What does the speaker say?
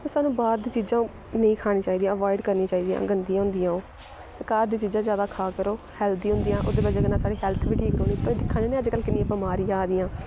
सानूं बाह्र दी चीजां ओह् नेईं खानी चाहिदियां अवाइड करनी चाहिदियां गंदियां होंदियां ओह् ते घर दी चीजां ज्यादा खा करो हैल्दी होंदियां ओह्दी बजह कन्नै साढ़ी हैल्थ बी ठीक रौंह्दी तुस दिक्खा ने अज्जकल किन्नियां बमारियां आवा दियां